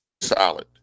solid